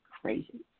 crazy